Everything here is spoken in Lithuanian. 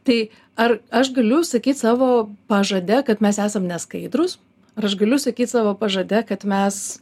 tai ar aš galiu sakyt savo pažade kad mes esam neskaidrūs aš galiu sakyti savo pažade kad mes